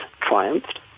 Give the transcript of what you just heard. triumphed